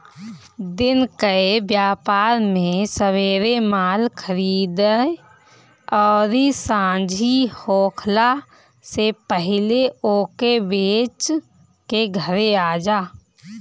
दिन कअ व्यापार में सबेरे माल खरीदअ अउरी सांझी होखला से पहिले ओके बेच के घरे आजा